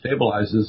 stabilizes